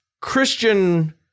Christian